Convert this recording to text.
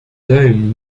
dom